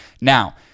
Now